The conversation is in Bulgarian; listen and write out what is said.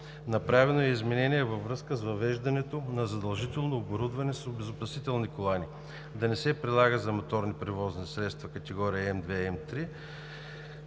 Направено е и изменение във връзка с въвеждането на задължително оборудване с обезопасителни колани да не се прилага за моторни превозни средства от категории М2 и М3,